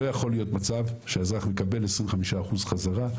לא יכול להיות מצב שהאזרח מקבל 25% חזרה.